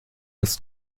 ist